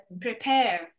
prepare